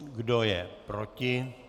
Kdo je proti?